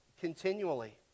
continually